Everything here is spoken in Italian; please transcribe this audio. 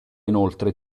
inoltre